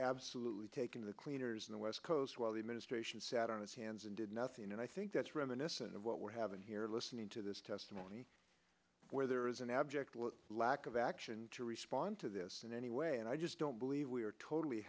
absolutely taking the cleaners in the west coast while the administration sat on its hands and did nothing and i think that's reminiscent of what we're having here listening to this testimony where there is an abject lack of action to respond to this in any way and i just don't believe we are totally